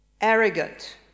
arrogant